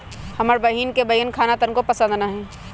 हमर बहिन के बईगन खाना तनको पसंद न हई